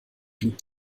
liegt